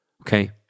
okay